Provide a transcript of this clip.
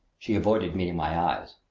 she avoided meeting my eyes.